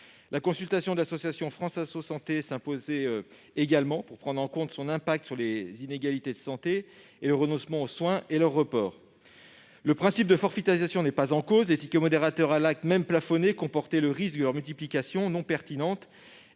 La consultation de l'association France Assos Santé s'imposait également pour évaluer l'impact de cette mesure sur les inégalités de santé, le renoncement aux soins ou leurs reports. Le principe de forfaitisation n'est pas en cause. Les tickets modérateurs à l'acte, même plafonnés, comportaient le risque de leur multiplication non pertinente